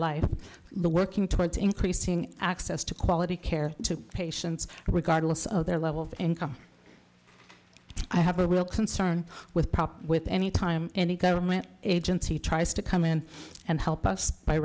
life working towards increasing access to quality care to patients regardless of their level of income i have a real concern with problem with any time any government agency tries to come in and help us by